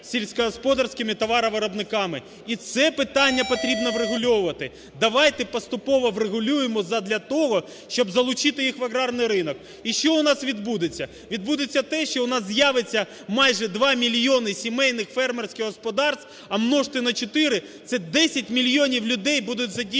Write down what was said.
сільськогосподарськими товаровиробниками і це питання потрібно врегульовувати. Давайте поступово врегулюємо задля того, щоб залучити їх в аграрний ринок. І що у нас відбудеться? Відбудеться те, що у нас з'явиться майже 2 мільйони сімейних фермерських господарств, а множте на чотири, це 10 мільйонів людей будуть задіяні